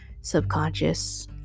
subconscious